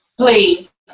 Please